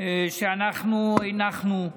שאנחנו הנחנו,